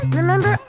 remember